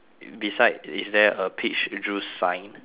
beside is there a peach juice sign